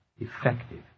effective